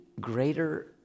greater